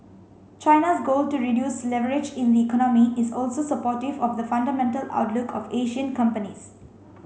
China's goal to reduce leverage in the economy is also supportive of the fundamental outlook of Asian companies